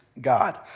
God